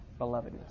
belovedness